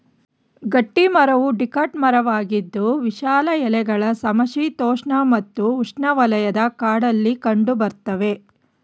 ಗಟ್ಟಿಮರವು ಡಿಕಾಟ್ ಮರವಾಗಿದ್ದು ವಿಶಾಲ ಎಲೆಗಳ ಸಮಶೀತೋಷ್ಣ ಮತ್ತು ಉಷ್ಣವಲಯದ ಕಾಡಲ್ಲಿ ಕಂಡುಬರ್ತವೆ